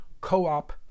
Co-op